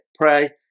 pray